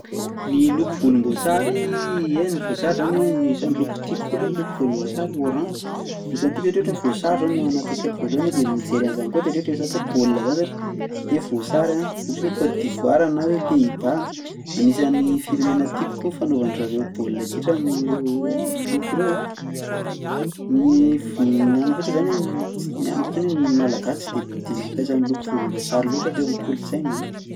Ny loko volomboasary, ie ny voasary zany anisan'ny loko tiako koa loha ny loko volomboasary ôranza anisany tiako ohatrohatra hoe ny voasary zao no ao anatin'ny saiko voalohany a de mijery an'zany koa de ohatra koa hoe resaka baolina zany zany, de voasary a, ohatra ny hoe Côte d'Ivoire na hoe Pays Bas anisan'ny firenena tiako koa ny fanaovan-dry zareo baolina kitra amin'ireo loko reo a. Ny f- ny anona fotsiny zany ts- ny anona fotsiny a ny malagasy tsy de de nampiasa ny loko volomboasary loatra teo am'kolontsaina zany.